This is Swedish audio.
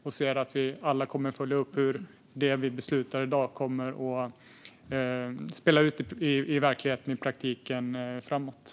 Jag ser att vi alla kommer att följa upp hur det vi beslutar i dag kommer att spelas ut i verkligheten och i praktiken framöver.